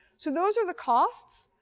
so those are the costs,